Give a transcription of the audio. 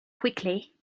quickly